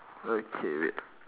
okay wait